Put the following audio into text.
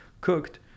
cooked